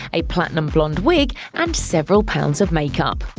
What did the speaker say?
a platinum-blond wig and several pounds of makeup.